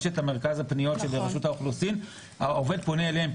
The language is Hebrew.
יש את מרכז הפניות של רשות האוכלוסין והעובד פונה אליהם,